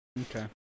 Okay